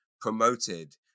promoted